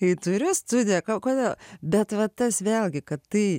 jei turiu studiją kaune bet va tas vėlgi kad tai